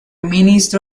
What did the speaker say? ministro